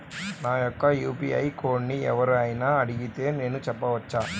నా యొక్క యూ.పీ.ఐ కోడ్ని ఎవరు అయినా అడిగితే నేను చెప్పవచ్చా?